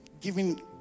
giving